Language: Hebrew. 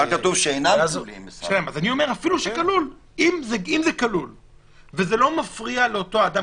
אם זה כלול וזה לא מפריע לאותו אדם